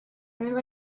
meva